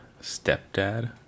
stepdad